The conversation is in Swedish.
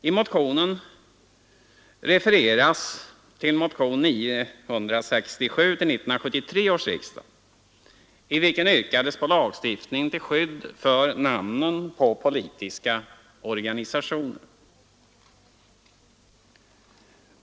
I motionen refereras till motionen 967 till 1973 års riksdag, i vilken yrkades på lagstiftning till skydd för namnen på politiska organisationer.